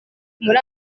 muri